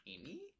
amy